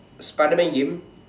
Spiderman game